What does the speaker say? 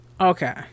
okay